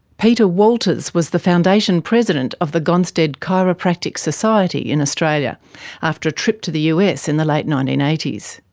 peter walters was the foundation president of the gonstead chiropractic society in australia after a trip to the us in the late nineteen eighty s.